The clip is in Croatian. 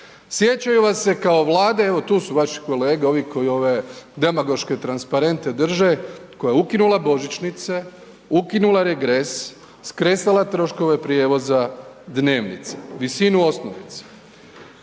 sjećaju vas se kao vlade evo tu su vaši kolege, ovi koji ove demagoške transparente drže, koja je ukinula božićnice, ukinula regres, skresala troškove prijevoza, dnevnica, visinu osnovice,